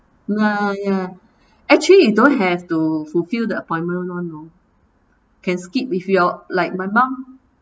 ya ya actually you don't have to fulfill the appointment [one] you know can skip with your like my mum